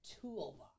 toolbox